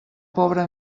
pobra